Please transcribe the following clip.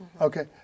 Okay